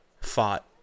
fought